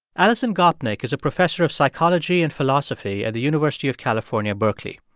alison gopnik is a professor of psychology and philosophy at the university of california, berkeley.